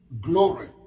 glory